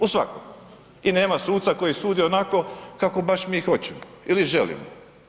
U svakom i nema suca koji sudi onako kako mi hoćemo ili želimo.